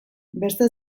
beste